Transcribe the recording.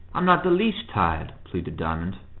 i'm not the least tired, pleaded diamond.